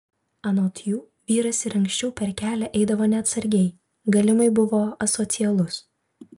anot jų vyras ir anksčiau per kelią eidavo neatsargiai galimai buvo asocialus